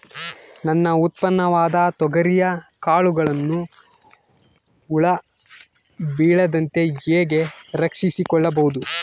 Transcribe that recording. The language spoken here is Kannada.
ನನ್ನ ಉತ್ಪನ್ನವಾದ ತೊಗರಿಯ ಕಾಳುಗಳನ್ನು ಹುಳ ಬೇಳದಂತೆ ಹೇಗೆ ರಕ್ಷಿಸಿಕೊಳ್ಳಬಹುದು?